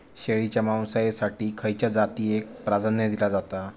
शेळीच्या मांसाएसाठी खयच्या जातीएक प्राधान्य दिला जाता?